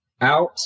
out